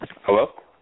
Hello